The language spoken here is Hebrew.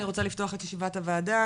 אני רוצה לפתוח את ישיבת הוועדה,